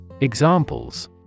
Examples